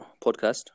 podcast